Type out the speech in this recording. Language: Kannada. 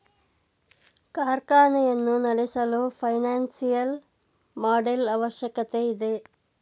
ಕಾರ್ಖಾನೆಯನ್ನು ನಡೆಸಲು ಫೈನಾನ್ಸಿಯಲ್ ಮಾಡೆಲ್ ಅವಶ್ಯಕತೆ ಇದೆ